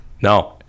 no